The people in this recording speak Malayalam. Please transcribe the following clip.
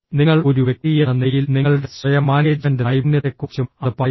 നിങ്ങൾ ഒരു വ്യക്തിയെന്ന നിലയിൽ നിങ്ങളുടെ സ്വയം മാനേജ്മെന്റ് നൈപുണ്യത്തെക്കുറിച്ചും അത് പറയുന്നു